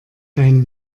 dein